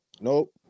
nope